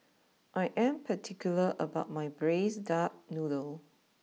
I am particular about my Braised Duck Noodle